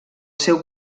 seu